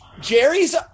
Jerry's